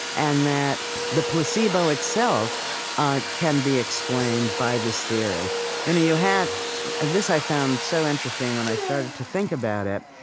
and that the placebo itself ah can be explained by this theory and you had this i found so interesting when i started to think about it,